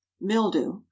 mildew